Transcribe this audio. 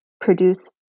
produce